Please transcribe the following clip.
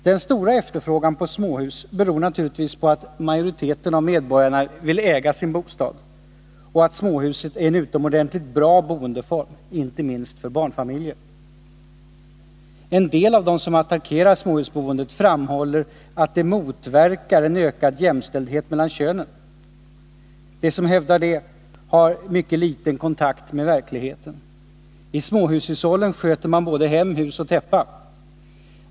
Den stora efterfrågan på småhus beror naturligtvis på att majoriteten av medborgarna vill äga sin bostad och att småhuset är en utomordentligt bra boendeform — inte minst för barnfamiljer. En del av dem som attackerar småhusboendet framhåller att det motverkar en ökad jämställdhet mellan könen. De som hävdar detta har mycket liten kontakt med verkligheten. I småhushushållen sköter man både hem, hus och täppa.